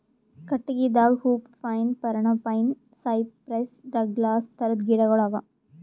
ಕಟ್ಟಗಿದಾಗ hoop pine, Parana pine, cypress, Douglas ಥರದ್ ಗಿಡಗೋಳು ಅವಾ